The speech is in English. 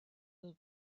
will